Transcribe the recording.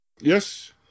Yes